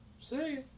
see